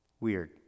Weird